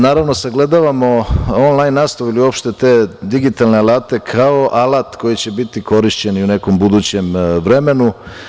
Naravno, sagledavamo onlajn nastavu i uopšte te digitalne alate kao alat koji će biti korišćen i u nekom budućem vremenu.